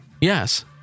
Yes